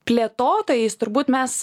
plėtotojais turbūt mes